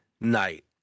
night